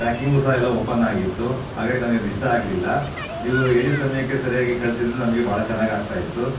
packing ಸಹ ಎಲ್ಲ open ಆಗಿತ್ತು ಹಾಗಾಗಿ ನನಗೆ ಅದು ಇಷ್ಟ ಆಗಲಿಲ್ಲ ನೀವು ಹೇಳಿದ ಸಮಯಕ್ಕೆ ಸರಿಯಾಗಿ ಕಳ್ಸಿದ್ದರೆ ನಮಗೆ ಬಹಳ ಚೆನ್ನಾಗಿ ಆಗ್ತಾಯಿತ್ತು